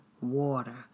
water